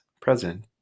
present